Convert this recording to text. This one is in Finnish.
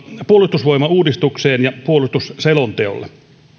puolustusvoimauudistukselle ja puolustusselonteolle